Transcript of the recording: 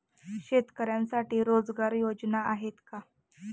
शेतकऱ्यांसाठी रोजगार योजना आहेत का?